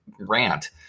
rant